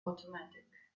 automatic